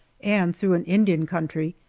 and through an indian country,